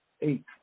Eight